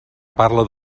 parla